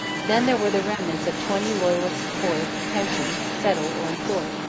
then there were the remnants of twenty loyalist corps to pension, settle, or employ.